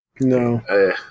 No